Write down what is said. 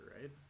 right